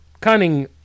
cunning